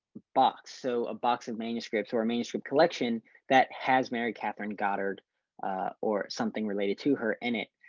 box. so, a box of manuscripts or mainstream collection that has mary catherine goddard or something related to her in it.